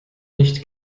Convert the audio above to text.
nicht